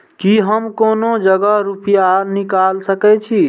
की हम कोनो जगह रूपया निकाल सके छी?